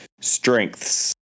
strengths